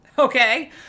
Okay